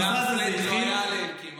המשרד הזה התחיל --- כי גם